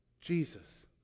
Jesus